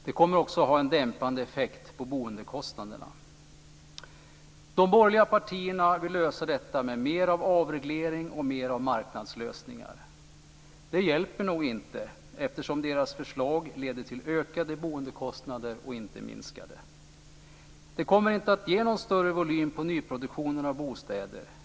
Det kommer också att ha en dämpande effekt på boendekostnaderna. De borgerliga partierna vill lösa detta med mer av avreglering och mer av marknadslösningar. Det hjälper nog inte, eftersom deras förslag leder till ökade boendekostnader och inte minskade. Det kommer inte att ge någon större volym på nyproduktion av bostäder.